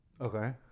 Okay